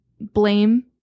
blame